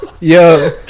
Yo